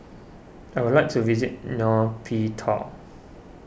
I would like to visit Nay Pyi Taw